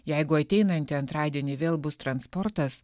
jeigu ateinantį antradienį vėl bus transportas